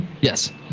Yes